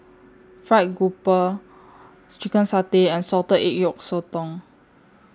Fried Grouper Chicken Satay and Salted Egg Yolk Sotong